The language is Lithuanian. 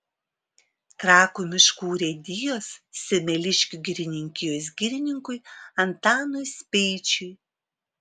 trakų miškų urėdijos semeliškių girininkijos girininkui antanui speičiui